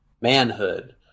manhood